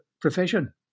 profession